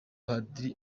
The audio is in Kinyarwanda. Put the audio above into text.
padiri